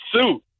suit